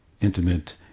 intimate